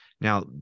now